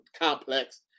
complex